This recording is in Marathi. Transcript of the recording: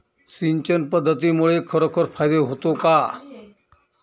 सिंचन पद्धतीमुळे खरोखर फायदा होतो का?